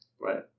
Right